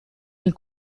del